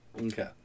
Okay